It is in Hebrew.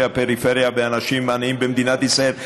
הפריפריה ואנשים עניים במדינת ישראל.